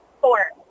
Four